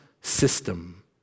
system